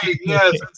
Yes